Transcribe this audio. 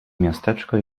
miasteczko